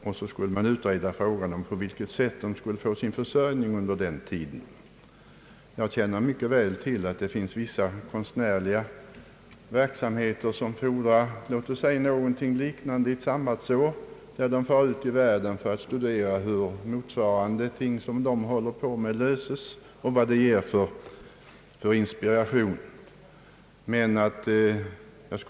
Vidare skulle man utreda frågan på vilket sätt de anställda skulle få sin försörjning under denna tid. Jag känner mycket väl till att det inom vissa konstnärliga verksamheter fordras låt oss säga ett sabbatsår eller någonting liknande som innebär att vederbörande far ut i världen för att studera hur motsvarande verksamhet bedrives på annat håll och vilken inspiration detta kan ge.